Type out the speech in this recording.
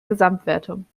gesamtwertung